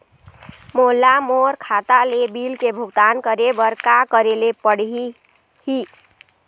मोला मोर खाता ले बिल के भुगतान करे बर का करेले पड़ही ही?